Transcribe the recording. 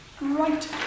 Right